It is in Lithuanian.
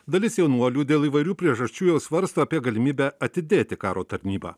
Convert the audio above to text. dalis jaunuolių dėl įvairių priežasčių jau svarsto apie galimybę atidėti karo tarnybą